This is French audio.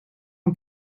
ans